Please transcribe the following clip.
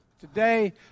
Today